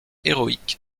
héroïque